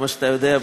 כמו שאתה יודע,